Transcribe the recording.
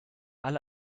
alle